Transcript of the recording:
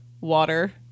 water